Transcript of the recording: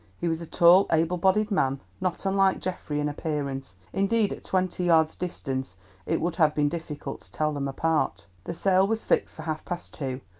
he was a tall able-bodied man, not unlike geoffrey in appearance, indeed at twenty yards distance it would have been difficult to tell them apart. the sale was fixed for half-past two,